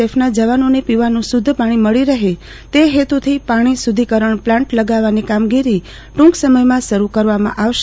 F નાં જવાનોને પીવાનું શુદ્ધ પાણી મળી રહે તે હેતુથી પાણી શુદ્ધિકરણ પ્લાન્ટ લગાવવાની કામગીરી ટૂંક સમયમાં શરૂ કરવામાં આવશે